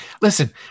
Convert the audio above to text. listen